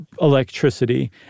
electricity